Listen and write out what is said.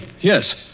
Yes